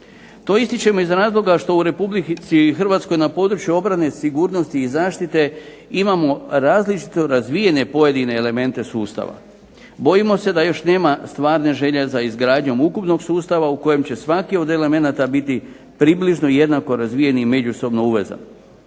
To ističemo iz razloga što u RH na području obrane, sigurnosti i zaštite imamo različito razvijene pojedine elemente sustava. Bojimo se da još nema stvarne želje za izgradnjom ukupnog sustava u kojem će svaki od elemenata biti približno jednako razvijen i međusobno uvezan.